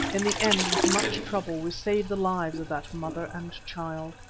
in the end with much trouble we saved the lives of that mother and child.